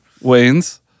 Wayne's